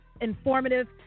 informative